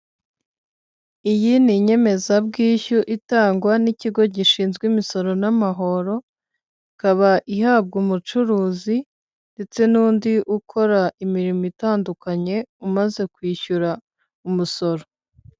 Iyi ni inyemezabwishyu itangwa n'ikigo gishinzwe imisoro n'amahoro ikaba ihabwa umucuruzi ndetse n'undi ukora imirimo itandukanye umaze kwishyura umusoro.